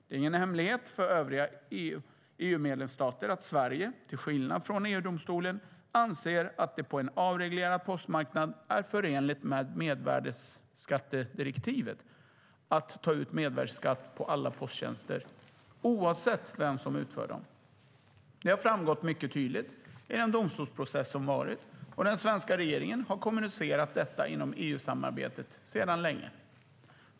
Det är ingen hemlighet för övriga EU-medlemsstater att Sverige, till skillnad från EU-domstolen, anser att det på en avreglerad postmarknad är förenligt med mervärdesskattedirektivet att ta ut mervärdesskatt på alla posttjänster, oavsett vem som utför dem. Det har framgått mycket tydligt i den domstolsprocess som varit, och den svenska regeringen har kommunicerat detta inom EU-samarbetet sedan länge.